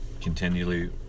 continually